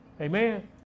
Amen